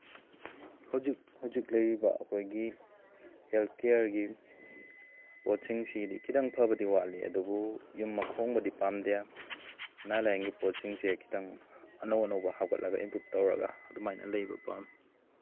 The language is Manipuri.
ꯍꯧꯖꯤꯛ ꯍꯧꯖꯤꯛ ꯂꯩꯔꯤꯕ ꯑꯩꯈꯣꯏꯒꯤ ꯍꯦꯜꯠ ꯀꯤꯌꯥꯔꯒꯤ ꯄꯣꯠꯁꯤꯡꯁꯤꯗꯤ ꯈꯤꯇꯪ ꯐꯕꯗꯤ ꯋꯥꯠꯂꯤ ꯑꯗꯨꯕꯨ ꯌꯨꯝ ꯃꯈꯣꯡꯕꯨꯗꯤ ꯄꯥꯝꯗꯦ ꯑꯅꯥ ꯂꯥꯏꯌꯦꯡꯒꯤ ꯄꯣꯠꯁꯤꯡꯁꯦ ꯈꯤꯇꯪ ꯑꯅꯧ ꯑꯅꯧꯕ ꯍꯥꯞꯀꯠꯂꯒ ꯏꯝꯄ꯭ꯔꯨꯞ ꯇꯧꯔꯒ ꯑꯗꯨꯃꯥꯏꯅ ꯂꯩꯕ ꯄꯥꯝꯃꯤ